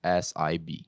SIB